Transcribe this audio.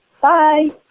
Bye